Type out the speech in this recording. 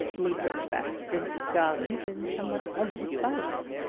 we drove back to prince's gardens in somewhat ominous silence.